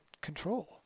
control